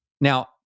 Now